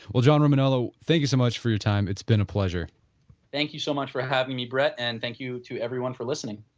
well, john romaniello thank you so much for your time, it's been a pleasure thank you so much for having me brett and thank you to everyone for listening